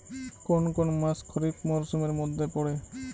কোন কোন মাস খরিফ মরসুমের মধ্যে পড়ে?